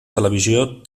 televisió